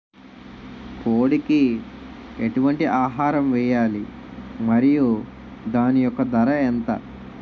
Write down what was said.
కోడి కి ఎటువంటి ఆహారం వేయాలి? మరియు దాని యెక్క ధర ఎంత?